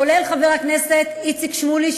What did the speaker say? כולל חבר הכנסת איציק שמולי,